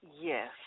Yes